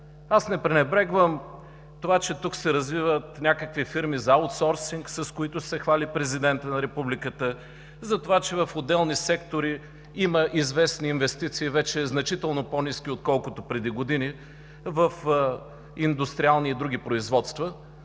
Аз не пренебрегвам това, че тук се развиват някакви фирми за аутсорсинг, с които се хвали президентът на Републиката, за това, че в отделни сектори има известни инвестиции, вече значително по ниски отколкото преди години, в индустриални и други производства,